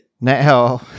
Now